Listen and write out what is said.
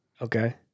Okay